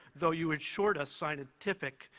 though you assured us scientific,